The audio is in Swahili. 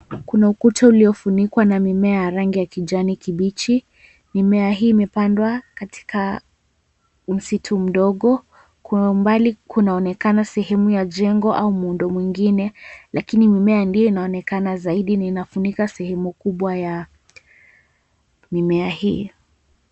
Kuna ukuta uliofunikwa na mimea ya rangi ya kijani kibichi. Mimea hii imepandwa katika msitu mdogo, kwa umbali kunaonekana sehemu ya jengo au muundo mwingine lakini mimea ndio inayoonekana zaidi na inafunika sehemu kubwa ya mimea hii.